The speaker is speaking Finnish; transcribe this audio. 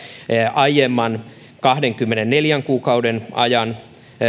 aiemman kahdenkymmenenneljän kuukauden ajan